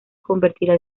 convertirá